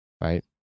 right